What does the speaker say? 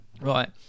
Right